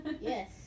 Yes